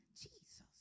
Jesus